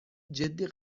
جدی